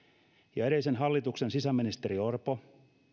ja edellisen hallituksen sisäministeri orpo